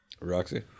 Roxy